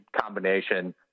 combination